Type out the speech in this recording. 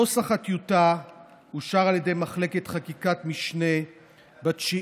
נוסח הטיוטה אושר על ידי מחלקת חקיקת משנה ב-9